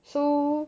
so